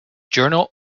journal